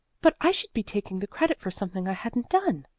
but i should be taking the credit for something i hadn't done.